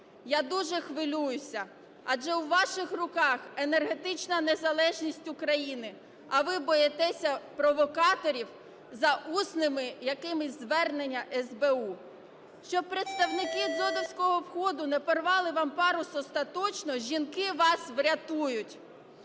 Я дуже хвилююся, адже у ваших руках енергетична незалежність України, а ви боїтеся провокаторів за усними якимись зверненнями СБУ. Щоб представники ……… ходу не порвали вам парус остаточно, жінки вас врятують.